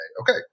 okay